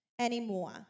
anymore